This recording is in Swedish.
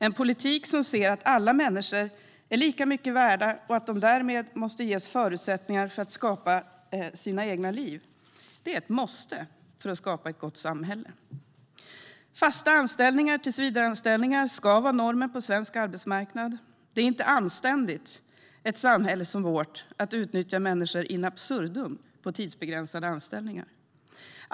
En politik som ser att alla människor är lika mycket värda och att de därmed måste ges förutsättningar för att skapa sina liv är ett måste för att skapa ett gott samhälle. Fasta anställningar, tillsvidareanställningar, ska vara normen på svensk arbetsmarknad. Det är inte anständigt att i ett samhälle som vårt utnyttja människor in absurdum på tidsbegränsade anställningar.